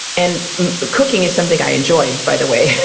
and cooking is something i enjoy, by the way.